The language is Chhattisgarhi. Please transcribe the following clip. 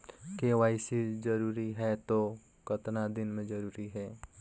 के.वाई.सी जरूरी हे तो कतना दिन मे जरूरी है?